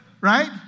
Right